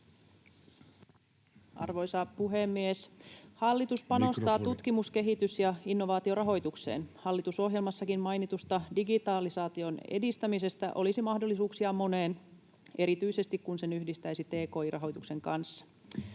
Arvoisa puhemies! Hallitus panostaa tutkimus-, kehitys- ja innovaatiorahoitukseen. Hallitusohjelmassakin mainitussa digitalisaation edistämisessä olisi mahdollisuuksia moneen, erityisesti, kun sen yhdistäisi tki-rahoituksen kanssa.